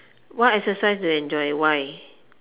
what exercise do you enjoy why